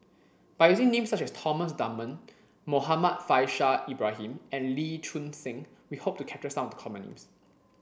by using names such as Thomas Dunman Muhammad Faishal Ibrahim and Lee Choon Seng we hope to capture some of the common names